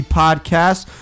podcast